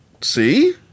See